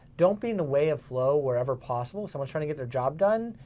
don't be in the way of flow wherever possible. someone's trying to get their job done.